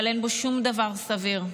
אבל אין בו שום דבר סביר.